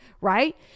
right